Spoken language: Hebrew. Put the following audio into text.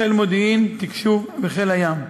חיל מודיעין, תקשוב וחיל הים.